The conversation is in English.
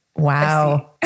Wow